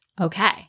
Okay